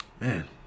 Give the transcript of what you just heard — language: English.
man